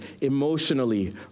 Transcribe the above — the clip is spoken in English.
emotionally